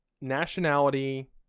nationality